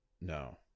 No